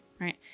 right